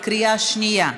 בקריאה שנייה.